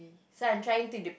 so I'm trying to the